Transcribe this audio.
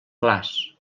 clars